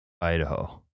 Idaho